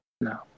No